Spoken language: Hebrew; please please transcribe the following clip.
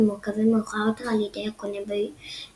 ומורכבים מאוחר יותר על ידי הקונה בביתו.